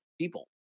people